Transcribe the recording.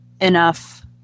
enough